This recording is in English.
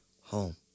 home